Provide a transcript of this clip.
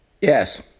Yes